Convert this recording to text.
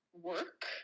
work